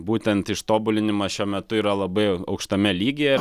būtent ištobulinimas šiuo metu yra labai aukštame lygyje